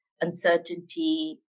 uncertainty